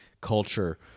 culture